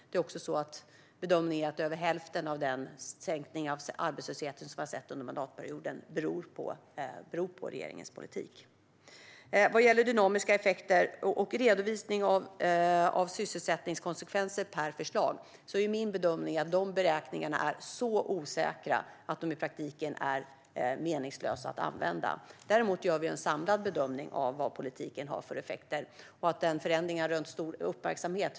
Bedömningen är också att över hälften av den sänkning av arbetslösheten som skett under mandatperioden beror på regeringens politik. Vad gäller dynamiska effekter och redovisning av sysselsättningskonsekvenser per förslag är min bedömning att de beräkningarna är så osäkra att de i praktiken är meningslösa att använda. Däremot gör vi en samlad bedömning av vad politiken har för effekter. Anette Åkesson säger att denna förändring har rönt stor uppmärksamhet.